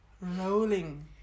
rolling